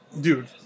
dude